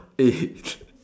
eh itch